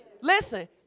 listen